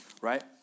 right